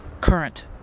current